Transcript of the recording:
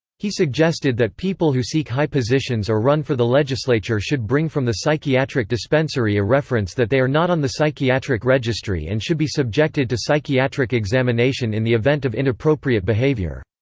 he suggested that people who seek high positions or run for the legislature should bring from the psychiatric dispensary a reference that they are not on the psychiatric registry and should be subjected to psychiatric psychiatric examination in the event of inappropriate behavior.